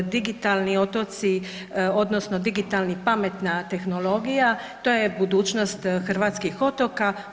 Digitalni otoci, odnosno digitalna pametna tehnologija to je budućnost hrvatskih otoka.